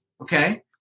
okay